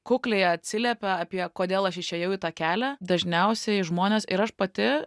kukliai atsiliepia apie kodėl aš išėjau į tą kelią dažniausiai žmonės ir aš pati